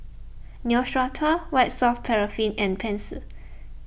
Neostrata White Soft Paraffin and Pansy